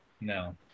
No